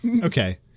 Okay